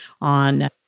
on